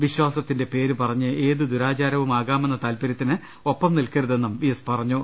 വിശ്വാസത്തിന്റെ പേരുപറഞ്ഞ് ഏത് ദുരാചാരവും ആകാ മെന്ന താല്പര്യത്തിന് ഒപ്പം നിൽക്കരുതെന്നും വി എസ് പറഞ്ഞു